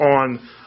on